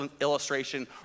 illustration